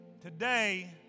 Today